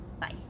Bye